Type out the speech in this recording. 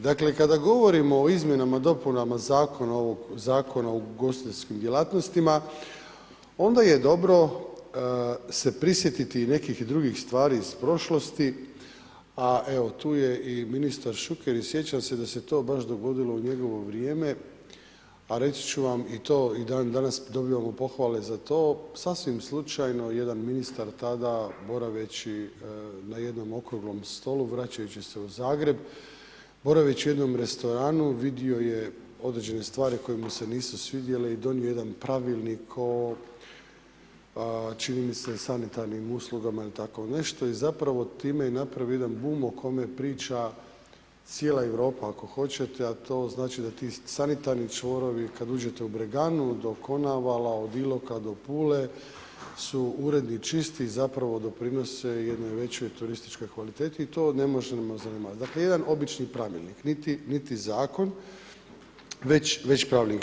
Dakle kada govorimo o izmjenama i dopunama ovog Zakona o ugostiteljskim djelatnostima, onda je dobro se prisjetiti nekih drugih stvari iz prošlosti, a evo tu je i ministar Šuker i sjećam se da se to baš dogodilo u njegovo vrijeme, a reći ću vam i to i dan danas dobivamo pohvale za to, sasvim slučajno jedan ministar tada boraveći na jednom okruglom stolu, vraćajući se u Zagreb, boraveći u jednom restoranu vidio je određene stvari koje mu se nisu svidjele i donio je jedan pravilnik o, čini mi se, sanitarnim uslugama ili tako nešto i zapravo time je napravio jedan bum o kojem priča cijela Europa ako hoćete, a to znači da ti sanitarni čvorovi kad uđete u Breganu do Konavala od Iloka do Pule su uredi čisti i zapravo doprinose jednoj većoj turističkoj kvaliteti i to ne možemo zanemariti, dakle jedan obični pravilnik, niti zakon, već pravilnik.